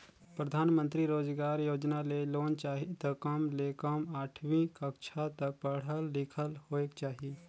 परधानमंतरी रोजगार योजना ले लोन चाही त कम ले कम आठवीं कक्छा तक पढ़ल लिखल होएक चाही